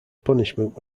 punishment